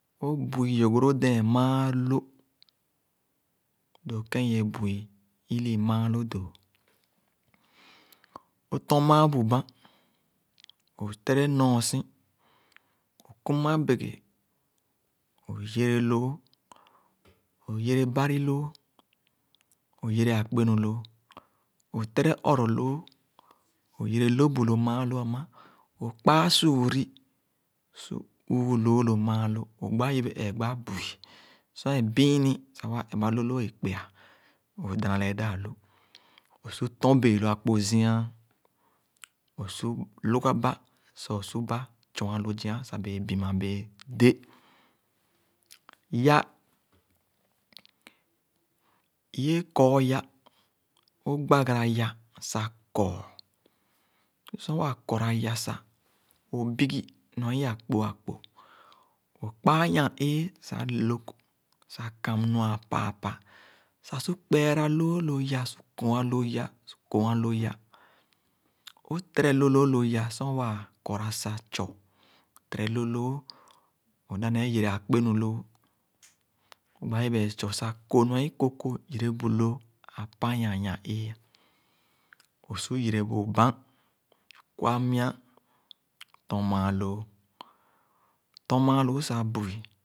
Õ-bu-i yogoro-dẽẽn maaló doo kẽn i-wẽẽ bu-i ilii maaló dõ. Õ-tɔ̃n mããn bu bãn, õ-tere nɔɔ si, kum abege, õ-yere loo. Õ-yere bari lõõ, o-yere akpe-nu lõõ, õ-tere ɔrɔ̃ loo, õ-yere lõh bu lo maaló ãmã, õ-kpaa suuri su ɔɔloo lo maaló. Õ-gba yibé-ee gba bu-i, sor ẽ biini sah waa epba lõh loo é kpe-a, õ-dana lee daa-lu, õ-tɔn bee lo akpo-zia, õ-su, loga bah sah õ-su bah two-a lo zia sah o-su bah bee bii-ma bẽẽ dẽ Yã, i-yẽẽ kɔɔ yã. Õ-gbagara yã sah kɔɔ. Sor waa kɔɔra gã sah, õ-bigi nua i-akpokpo, õ-kpaa nya-ee sah lõg sah kam nua-a apããpã sah su kpẽẽra loo lo yã, sah koh-an lo yã, koh-an lo ya. Õ-tere loh loo. Õ-dãp nee yere akpenu loo, gba yibe ee two sah koh nua i-ko-ko yere bu lo apanya nya-ee, o-su yere bu o-bãn, kwa mya, tɔ̃n mããn loo, tɔ̃n mããn loo sah bu-i.